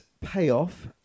payoff